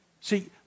See